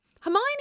hermione